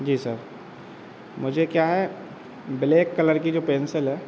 जी sir मुझे क्या है ब्लेक कलर की जो पेंसिल है